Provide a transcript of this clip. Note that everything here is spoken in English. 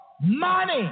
money